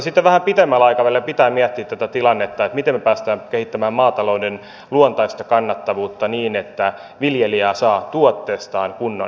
sitten vähän pidemmällä aikavälillä pitää miettiä tätä tilannetta että miten me pääsemme kehittämään maatalouden luontaista kannattavuutta niin että viljelijä saa tuotteestaan kunnon hinnan